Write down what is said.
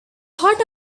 thought